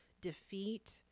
defeat